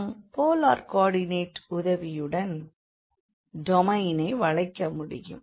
நாம் போலார் கோவார்டினேட்டின் உதவியுடன் டொமைனை வளைக்க முடியும்